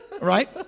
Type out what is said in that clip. right